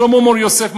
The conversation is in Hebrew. שלמה מור-יוסף,